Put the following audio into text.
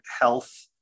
health